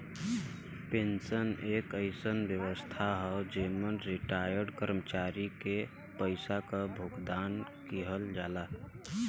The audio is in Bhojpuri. पेंशन एक अइसन व्यवस्था हौ जेमन रिटार्यड कर्मचारी के पइसा क भुगतान किहल जाला